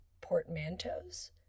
portmanteaus